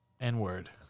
N-word